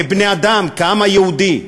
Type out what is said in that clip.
כבני-אדם, כעם היהודי.